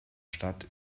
stadt